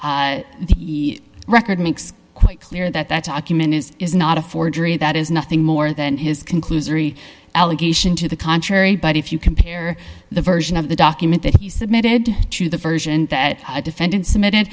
the record makes quite clear that that document is is not a forgery that is nothing more than his conclusory allegation to the contrary but if you compare the version of the document that he submitted to the version that defendant submitted